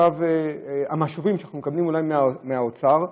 המשובים שאנחנו מקבלים מהאוצר,